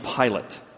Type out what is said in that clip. Pilate